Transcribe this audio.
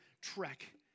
trek